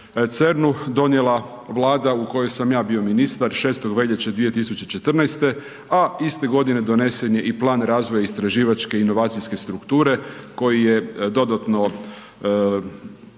CERN-u donijela Vlada u kojoj sam ja bio ministar, 6. veljače 2014. a iste godine donesen je i plan razvoja istraživače inovacijske strukture koji je dodatno